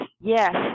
yes